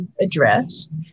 addressed